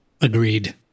Agreed